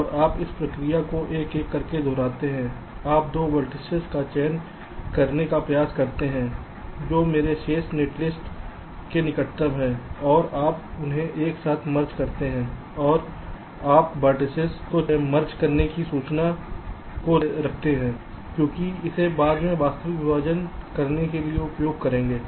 और आप इस प्रक्रिया को एक एक करके दोहराते हैं आप 2 वर्टिसेज का चयन करने का प्रयास करते हैं जो मेरे शेष नेटलिस्ट में निकटतम हैं और आप उन्हें एक साथ मर्ज करते हैं और आप आप वर्टिसेज इसको मर्ज करने की सूचना को रखते हैं क्योंकि आप इसे बाद में वास्तविक विभाजन करने के लिए उपयोग करेंगे